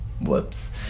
whoops